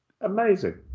Amazing